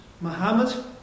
Muhammad